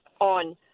on